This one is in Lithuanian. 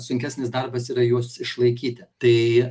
sunkesnis darbas yra juos išlaikyti tai